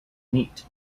neat